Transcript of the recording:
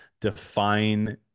define